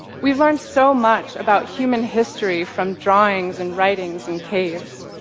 we've learned so much about human history from drawings and writings in caves,